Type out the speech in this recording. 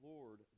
Lord